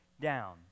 down